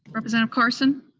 representative carson?